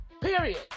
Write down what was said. period